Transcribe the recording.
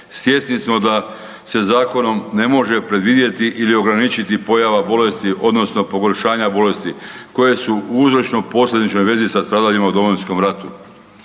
Svjesni smo da se zakonom ne može predvidjeti ili ograničiti pojava bolesti odnosno pogoršanja bolesti koje su u uzročno posljedičnoj vezi sa stradalima u Domovinskom ratu,